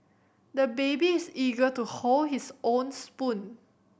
the baby is eager to hold his own spoon